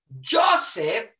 Joseph